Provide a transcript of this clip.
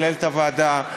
מנהלת הוועדה,